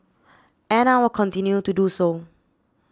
and I will continue to do so